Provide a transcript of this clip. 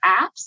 apps